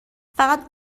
فقط